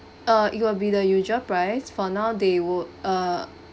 err it will be the usual price for now they would uh